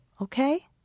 okay